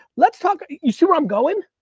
let's talk. you see where i'm going?